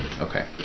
Okay